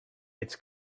its